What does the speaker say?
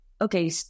okay